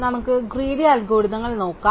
നമുക്ക് ഗ്രീഡി അൽഗോരിതങ്ങൾ നോക്കാം